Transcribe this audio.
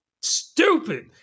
stupid